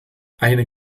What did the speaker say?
eine